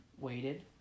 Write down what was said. waited